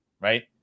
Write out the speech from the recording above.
right